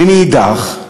ומאידך,